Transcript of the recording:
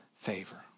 favor